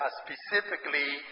specifically